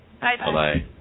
Bye-bye